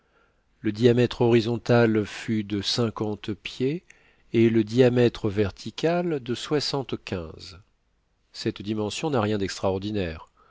le diamètre horizontal fut de cinquante pieds et le diamètre vertical de soixante-quinze